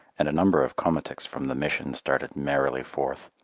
and a number of komatiks from the mission started merrily forth.